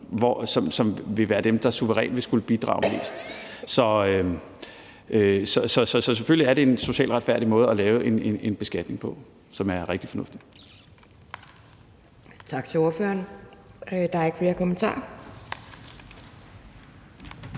og det er dem, som suverænt vil skulle bidrage mest. Så selvfølgelig er det en socialt retfærdig måde at lave en beskatning på, som er rigtig fornuftig.